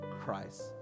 Christ